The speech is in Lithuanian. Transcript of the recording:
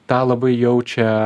tą labai jaučia